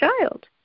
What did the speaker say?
child